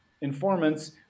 informants